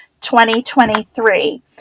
2023